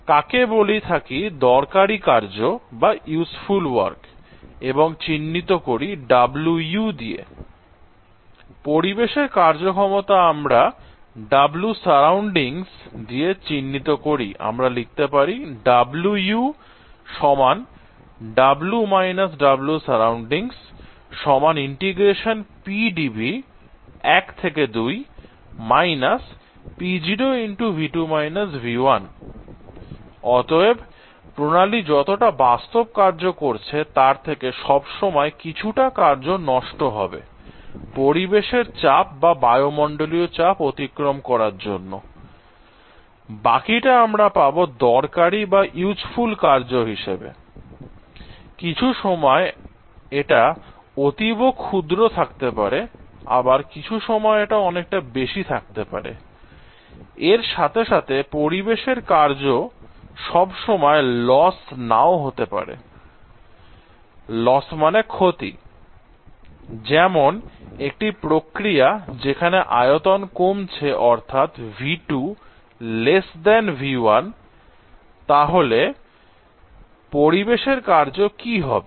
আমরা কাকে বলে থাকি দরকারি কার্য এবং চিহ্নিত করি Wu দিয়ে I পরিবেশের কার্যক্ষমতা আমরা Wsurr দিয়ে চিহ্নিত করি I আমরা লিখতে পারি অতএব প্রণালী যতটা বাস্তব কার্য করছে তার থেকে সবসময় কিছুটা কার্য নষ্ট হবে পরিবেশের চাপ বা বায়ুমণ্ডলীয় চাপ অতিক্রম করার জন্য I বাকিটা আমরা পাব দরকারি বা ইউজফুল কার্য হিসেবে I কিছু সময় এটা অতীব ক্ষুদ্র থাকতে পারে আবার কিছু সময় এটা অনেকটা বেশি থাকতে পারে I এর সাথে সাথে পরিবেশ এর কার্য সব সময় লস নাও হতে পারে যেমন একটি প্রক্রিয়া যেখানে আয়তন কমছে অর্থাৎ V2 V1 তাহলে পরিবেশ এর কার্য কি হবে